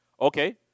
Okay